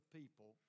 people